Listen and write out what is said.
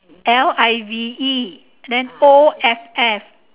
L I V E then O F F